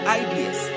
ideas